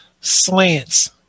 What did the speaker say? slants